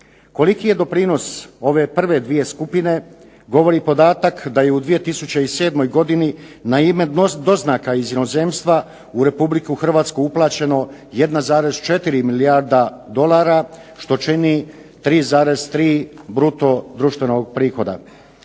Koliki je doprinos ove prve dvije skupine govori podatak da je u 2007. godini na ime doznaka iz inozemstva u Republiku Hrvatsku uplaćeno 1,4 milijarda dolara, što čini 3,3 bruto-društvenog prihoda.